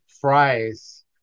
fries